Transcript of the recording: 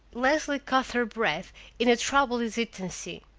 leslie caught her breath in a troubled hesitancy.